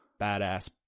badass